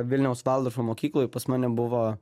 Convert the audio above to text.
vilniaus valdorfo mokykloj pas mane buvo